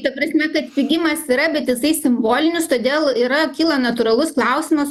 ta prasme kad pigimas yra bet jisai simbolinis todėl yra kyla natūralus klausimas